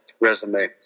resume